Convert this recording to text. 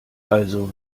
also